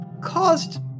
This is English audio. caused